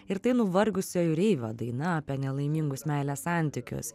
ir tai nuvargusio jūreivio daina apie nelaimingus meilės santykius